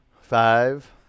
Five